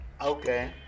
Okay